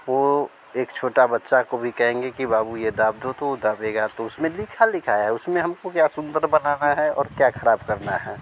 वह एक छोटे बच्चे को भी कहेंगे कि बाबू यह दाब दो तो वह दाबेगा उसमें लिखा लिखाया है उसमें क्या हमको सुन्दर बनाना है और क्या ख़राब करना है